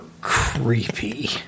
creepy